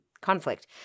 conflict